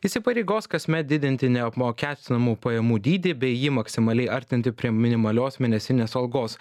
įsipareigos kasmet didinti neapmokestinamų pajamų dydį bei jį maksimaliai artinti prie minimalios mėnesinės algos